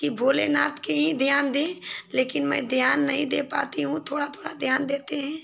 कि भोलेनाथ की ही ध्यान दें लेकिन मैं ध्यान नहीं दे पाती हूँ थोड़ा थोड़ा ध्यान देते हैं